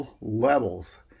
levels